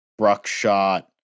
Bruckshot